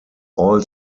all